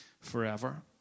forever